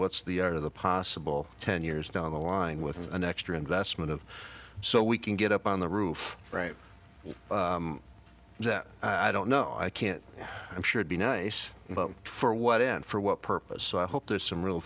what's the art of the possible ten years down the line with an extra investment of so we can get up on the roof right that i don't know i can't and should be nice but for what and for what purpose so i hope there's some real